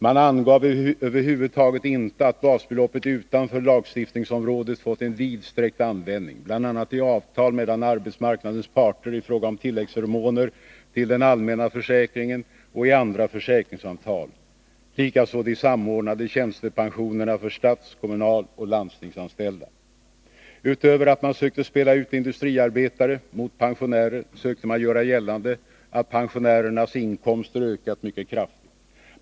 Man angav över huvud taget inte att basbeloppet fått en vidsträckt användning utanför lagstiftningsområdet — bl.a. i avtal mellan arbetsmarknadens parter i fråga om tilläggsförmåner till den allmänna försäkringen och i andra försäkringsavtal och likaså beträffande de samordnade tjänstepensionerna för stats-, kommunaloch landstingsanställda. Utöver att man sökte spela ut industriarbetare mot pensionärer sökte man göra gällande att pensionärernas inkomster ökat mycket kraftigt.